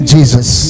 Jesus